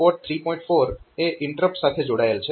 4 એ INTR સાથે જોડાયેલ છે